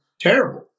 terrible